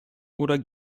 oder